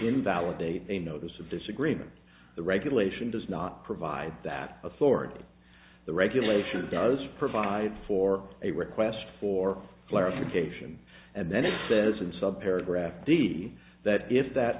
invalidate a notice of disagreement the regulation does not provide that authority the regulation does provide for a request for clarification and then it says in some paragraph d d that if that